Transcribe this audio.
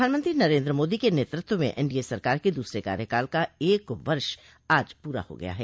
प्रधानमंत्री नरेन्द्र मोदी के नेतृत्व में एनडीए सरकार के दूसरे कार्यकाल का एक वर्ष आज पूरा हो गया है